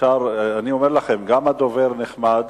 אני אומר לכם: גם הדובר נחמד,